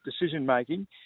decision-making